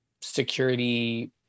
security